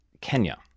kenya